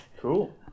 Cool